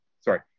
sorry